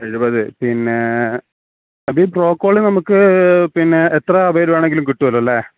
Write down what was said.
എഴുപത് പിന്നേ അതീ ബ്രോക്കോളി നമുക്ക് പിന്നെ എത്ര വേര് വേണവെങ്കിലും കിട്ടുവല്ലോ അല്ലേ